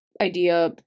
idea